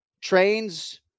trains